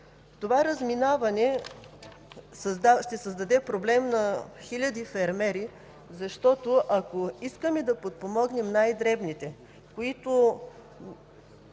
Това разминаване ще създаде проблем на хиляди фермери, защото ако искаме да подпомогнем най-дребните, които